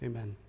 Amen